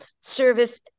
service